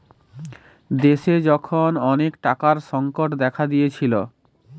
দেশে যখন অনেক টাকার সংকট দেখা দিয়েছিলো